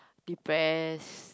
depressed